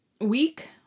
week